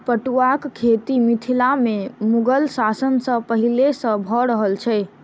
पटुआक खेती मिथिला मे मुगल शासन सॅ पहिले सॅ भ रहल छै